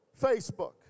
Facebook